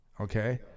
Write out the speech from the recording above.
okay